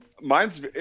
mine's